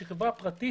שהיא חברה פרטית,